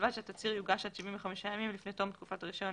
ובלבד שהתצהיר יוגש עד 75 ימים לפני תום תקופת הרישיון,